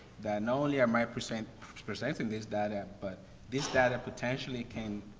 that not only am i present presenting this data, but this data potentially can,